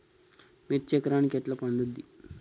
మిర్చి ఎకరానికి ఎట్లా పండుద్ధి?